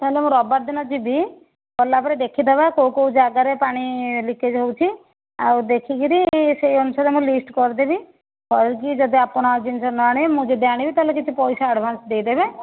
ତାହେଲେ ମୁଁ ରବିବାର ଦିନଯିବି ଗଲାପରେ ଦେଖି ଦେବା କେଉଁ କେଉଁ ଜାଗାରେ ପାଣି ଲିକେଜ୍ ହେଉଛି ଆଉ ଦେଖିକରି ସେହି ଅନୁସାରେ ମୁଁ ଲିଷ୍ଟ କରିଦେବି କରିକି ଯଦି ଆପଣ ଜିନିଷ ନ ଆଣିବେ ମୁଁ ଯଦି ଆଣିବି କିଛି ପଇସା ଆଡ଼ଭାନ୍ସ ଦେଇ ଦେବେ